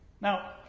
Now